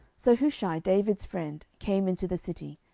so hushai david's friend came into the city,